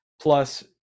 plus